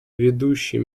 ведущей